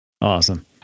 Awesome